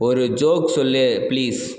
ஒரு ஜோக் சொல் ப்ளீஸ்